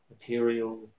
material